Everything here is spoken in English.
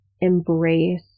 embrace